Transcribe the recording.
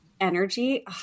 energy